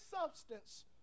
substance